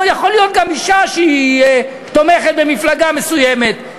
או יכולה גם להיות אישה שהיא תומכת במפלגה מסוימת,